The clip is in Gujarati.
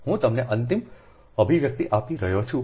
હું તમને અંતિમ અભિવ્યક્તિ આપી રહ્યો છું